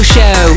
Show